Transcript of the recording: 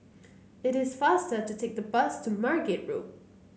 it is faster to take the bus to Margate Road